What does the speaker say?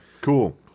Cool